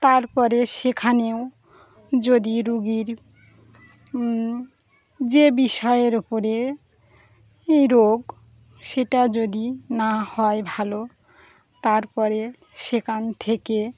তারপরে সেখানেও যদি রোগীর যে বিষয়ের উপরে রোগ সেটা যদি না হয় ভালো তারপরে সেখান থেকে